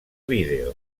vídeos